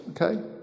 okay